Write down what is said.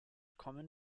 common